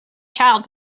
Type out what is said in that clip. child